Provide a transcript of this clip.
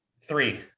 three